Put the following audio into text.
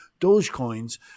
Dogecoins